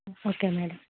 okay madam